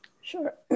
Sure